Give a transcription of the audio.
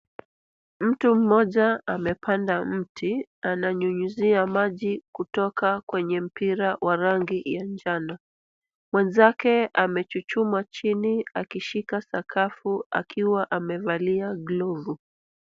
Mtu mmoja amepanda mti. Ananyunyizia maji kutoka kwenye mpira wa rangi ya njano. Mwenzake amechuchuma chini akishika sakafu akiwa amevalia glovu.